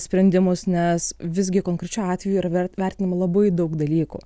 sprendimus nes visgi konkrečiu atveju yra vert vertinama labai daug dalykų